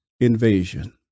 invasion